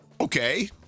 Okay